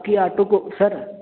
کہ آٹو کو سر